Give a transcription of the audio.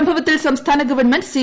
സംഭിപ്പത്തിൽ സംസ്ഥാന government C